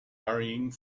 hurrying